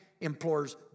implores